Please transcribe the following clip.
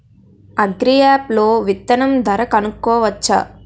Agri app లో విత్తనం ధర కనుకోవచ్చా?